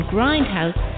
Grindhouse